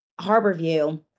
Harborview